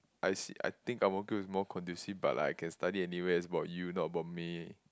I see I think Ang-Mo-Kio more conducive but I can study anywhere it's about you not about me